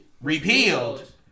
repealed